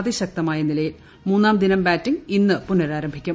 അതിശക്തമായ നിലയിൽ മൂന്നാം ദിനം ബാറ്റിംഗ് ഇന്ന് പുനഃരാരംഭിക്കും